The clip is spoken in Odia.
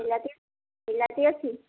ବିଲାତି ବିଲାତି ଅଛି